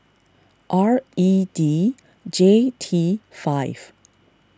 R E D J T five